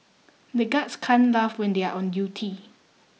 the guards can't laugh when they are on duty